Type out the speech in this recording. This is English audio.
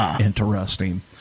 Interesting